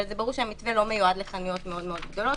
אבל זה ברור שהמתווה לא מיועד לחנויות מאוד מאוד גדולות,